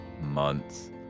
months